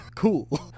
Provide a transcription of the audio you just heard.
cool